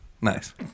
Nice